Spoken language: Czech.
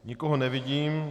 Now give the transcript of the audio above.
Nikoho nevidím.